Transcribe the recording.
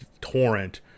torrent